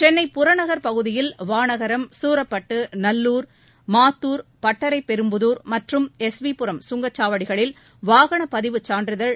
சென்னை புறநகர் பகுதியில் வானகரம் சூரப்பட்டு நல்லூர் மாத்தூர் பட்டரைப்பெரும்புதூர் மற்றும் எஸ் வி புரம் கங்கச்சாவடிகளில் வாகனப்பதிவுச் சான்றிதழ்